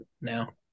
now